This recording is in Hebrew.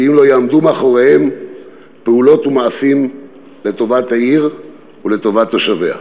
אם לא יעמדו מאחוריהן פעולות ומעשים לטובת העיר ולטובת תושביה,